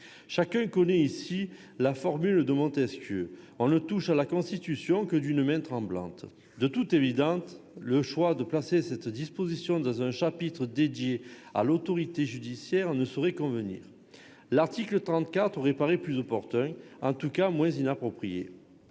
Chacun connaît ici la formule de Montesquieu : on ne touche à la Constitution que d'une main tremblante. De toute évidence, le choix de placer cette disposition dans un chapitre consacré à l'autorité judiciaire ne saurait convenir. L'article 34 aurait paru plus opportun, en tout cas moins inapproprié.